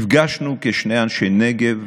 נפגשנו כשני אנשי הנגב,